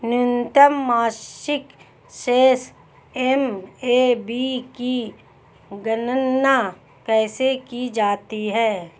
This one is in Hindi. न्यूनतम मासिक शेष एम.ए.बी की गणना कैसे की जाती है?